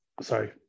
sorry